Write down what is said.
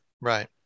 Right